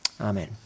Amen